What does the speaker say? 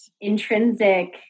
intrinsic